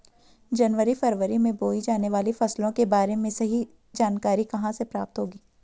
जनवरी फरवरी में बोई जाने वाली फसलों के बारे में सही जानकारी कहाँ से प्राप्त होगी?